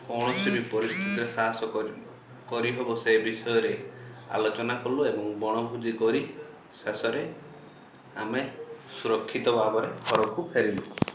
କୌଣସି ବି ପରିସ୍ଥିତିରେ ସାହସ କରି କରି ହବ ସେ ବିଷୟରେ ଆଲୋଚନା କଲୁ ଏବଂ ବଣଭୋଜି କରି ଶେଷରେ ଆମେ ସୁରକ୍ଷିତ ଭାବରେ ଘରକୁ ଫେରିଲୁ